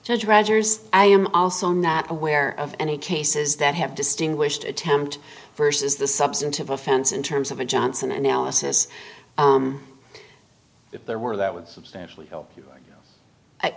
judge rogers i am also not aware of any cases that have distinguished attempt versus the substantive offense in terms of a johnson analysis if there were that would substantially i